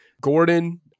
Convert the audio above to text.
Gordon